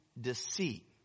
deceit